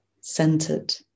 centered